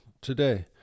today